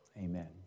Amen